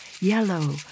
yellow